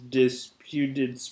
disputed